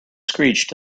screeched